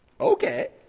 okay